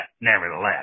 nevertheless